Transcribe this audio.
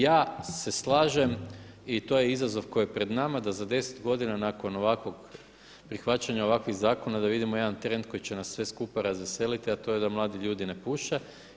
Ja se slažem i to je izazov koji je pred nama da za 10 godina nakon ovakvog, prihvaćanja ovakvih zakona da vidimo jedan trend koji će nas sve skupa razveseliti a to je da mladi ljudi ne puše.